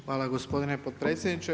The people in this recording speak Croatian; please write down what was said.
Hvala gospodine potpredsjedniče.